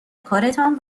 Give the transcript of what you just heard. کارتان